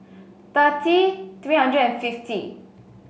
thirty three hundred and fifty